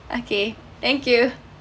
okay thank you